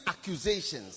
accusations